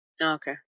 Okay